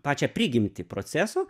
pačią prigimtį proceso